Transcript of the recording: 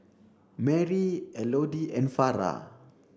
Marry Elodie and Farrah